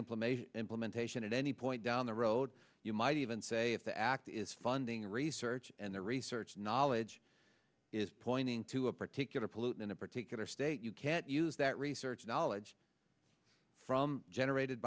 implementation implementation at any point down the road you might even say if the act is funding research and the research knowledge is pointing to a particular pollute in a particular state you can't use that research knowledge from generated